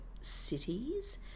cities